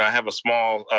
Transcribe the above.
yeah have a small